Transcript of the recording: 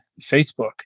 Facebook